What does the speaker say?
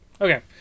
Okay